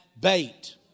bait